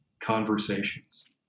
conversations